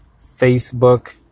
Facebook